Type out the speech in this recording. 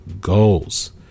goals